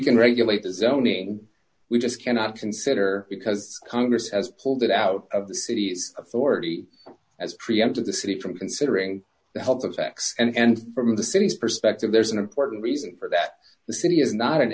can regulate the zoning we just cannot consider because congress has pulled it out of the city's authority as preempted the city from considering the health effects and from the city's perspective there's an important reason for that the city is not an